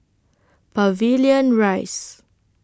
Pavilion Rise